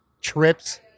trips